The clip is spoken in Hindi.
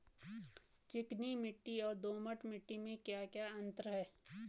चिकनी मिट्टी और दोमट मिट्टी में क्या क्या अंतर है?